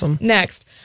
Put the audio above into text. next